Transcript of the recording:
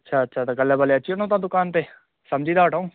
अच्छा अच्छा त कल्ह भले अची वञो तव्हां दुकान ते सम्झी था वठिउसि